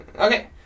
Okay